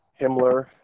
Himmler